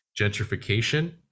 gentrification